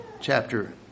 chapter